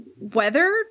weather